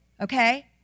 Okay